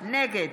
נגד